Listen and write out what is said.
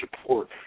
support